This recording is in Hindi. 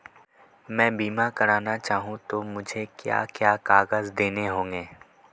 मैं बीमा करना चाहूं तो मुझे क्या क्या कागज़ देने होंगे?